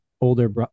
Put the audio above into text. older